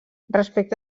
respecte